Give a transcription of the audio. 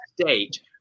state